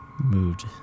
moved